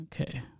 Okay